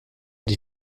des